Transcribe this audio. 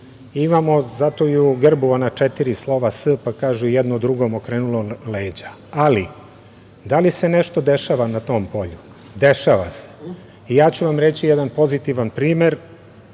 slaže. Zato u grbu imamo četiri ona slova „s“, pa kažu - jedno drugom okrenulo leđa. Ali, da li se nešto dešava na tom polju? Dešava se i ja ću vam reći jedan pozitivan primer